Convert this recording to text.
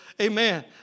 Amen